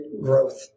growth